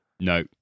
No